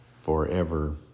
forever